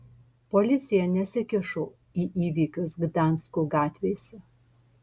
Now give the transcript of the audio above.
policija nesikišo į įvykius gdansko gatvėse